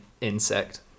insect